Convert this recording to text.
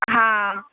हा